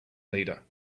leader